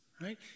right